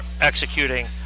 executing